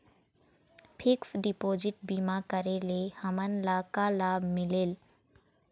Fix deposit बीमा करे ले हमनला का लाभ मिलेल?